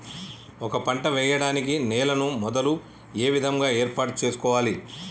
ఒక పంట వెయ్యడానికి నేలను మొదలు ఏ విధంగా ఏర్పాటు చేసుకోవాలి?